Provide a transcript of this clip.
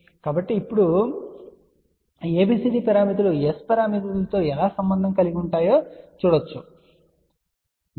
కాబట్టి ఇప్పుడు ABCD పారామితులు S పారామితులతో ఎలా సంబంధం కలిగి ఉంటాయో చూడాలనుకుంటున్నాము